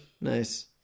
Nice